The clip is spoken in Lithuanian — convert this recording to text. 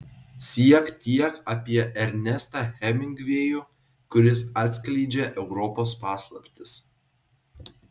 siek tiek apie ernestą hemingvėjų kuris atskleidžia europos paslaptis